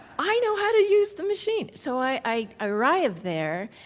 i know how to use the machine. so, i i arrive there,